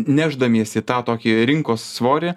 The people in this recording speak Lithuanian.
nešdamiesi tą tokį rinkos svorį